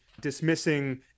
dismissing